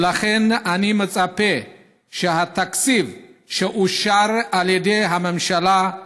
ולכן אני מצפה שהתקציב, שאושר על ידי הממשלה,